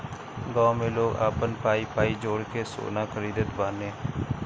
गांव में लोग आपन पाई पाई जोड़ के सोना खरीदत बाने